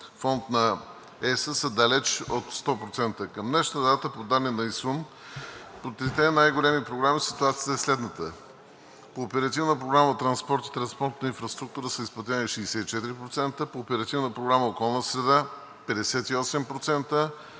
съюз, са далеч от 100%. Към днешна дата, по данни на ИСУН, по трите най-големи програми ситуацията е следната: по Оперативна програма „Транспорт и транспортна инфраструктура“ са изплатени 64%, по Оперативна програма „Околна среда“ – 58%,